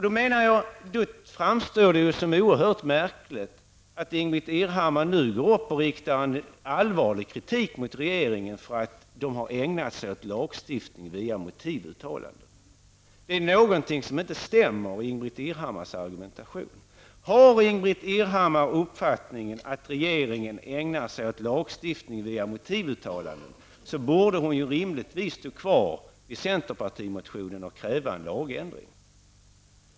Då framstår det som oerhört märkligt att Ingbritt Irhammar nu går upp och riktar allvarlig kritik mot regeringen för att den ägnat sig åt lagstiftning via motivuttalanden. Det är någonting som inte stämmer i Ingbritt Irhammars argumentation. Har Ingbritt Irhammar uppfattningen att regeringen ägnar sig åt lagstiftning via motivuttalanden, borde hon rimligtvis stå kvar vid centerpartimotionen och kräva lagändring.